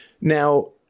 Now